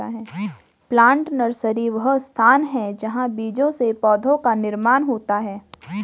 plant nursery वह स्थान है जहां बीजों से पौधों का निर्माण होता है